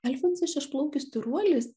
alfonsas šešplaukis tyruolis